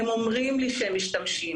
הם אומרים לי שהם משתמשים,